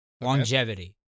Longevity